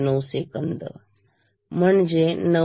9 second आहे म्हणजे 9